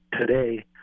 today